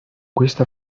questa